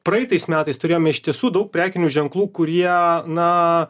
praeitais metais turėjome iš tiesų daug prekinių ženklų kurie na